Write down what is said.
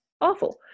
awful